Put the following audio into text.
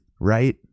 right